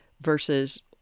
versus